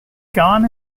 gone